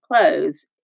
clothes